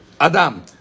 Adam